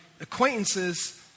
acquaintances